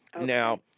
Now